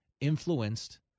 influenced